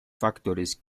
factores